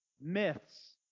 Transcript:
myths